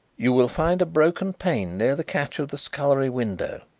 you will find a broken pane near the catch of the scullery window,